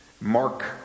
Mark